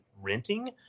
renting